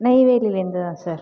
நெய்வேலிலேந்து தான் சார்